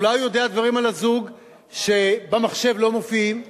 אולי הוא יודע דברים על הזוג שלא מופיעים במחשב?